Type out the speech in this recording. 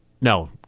no